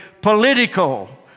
political